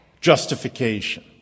justification